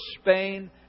Spain